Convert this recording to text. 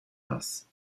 das